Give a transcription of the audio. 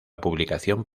publicación